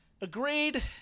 Agreed